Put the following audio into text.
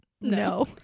No